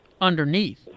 underneath